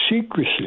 secrecy